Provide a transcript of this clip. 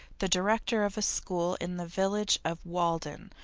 the director of a school in the village of walden,